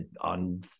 on